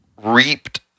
reaped